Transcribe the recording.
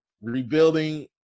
rebuilding